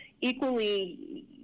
equally